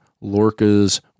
Lorca's